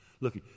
look